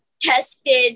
tested